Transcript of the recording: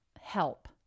help